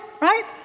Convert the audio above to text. right